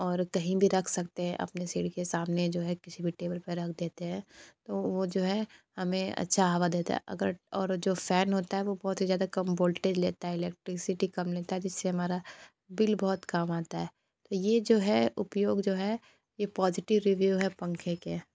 और कहीं भी रख सकते हैं अपने सिड़ के सामने जो है किसी भी टेबल पे रख देते हैं तो वो जो है हमें अच्छा हवा देता है अगर और वो जो फै़न होता है वो बहुत ही ज़्यादा कम वोल्टेज लेता है इलेक्ट्रीसिटी कम लेता है जिससे हमारा बिल बहुत कम आता है तो ये जो है उपयोग जो है ये पॉज़टिव रिव्यू है पंखे के